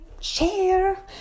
Share